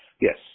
Yes